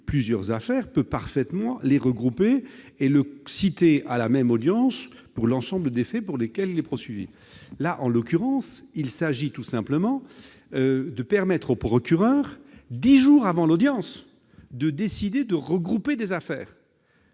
plusieurs affaires concernant un même prévenu et le citer à la même audience pour l'ensemble des faits pour lesquels il est poursuivi. En l'occurrence, il s'agit tout simplement de permettre au procureur, dix jours avant l'audience, de décider de regrouper des affaires